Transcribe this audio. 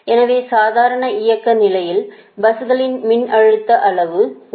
எனவே சாதாரண இயக்க நிலையில் பஸ்களின் மின்னழுத்த அளவு 1